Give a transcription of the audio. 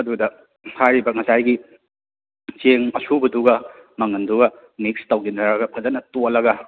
ꯑꯗꯨꯗ ꯍꯥꯏꯔꯤꯕ ꯉꯁꯥꯏꯒꯤ ꯆꯦꯡ ꯑꯁꯨꯕꯗꯨꯒ ꯃꯪꯒꯟꯗꯨꯒ ꯃꯤꯛꯁ ꯇꯧꯁꯤꯟꯅꯔꯒ ꯐꯖꯅ ꯇꯣꯠꯂꯒ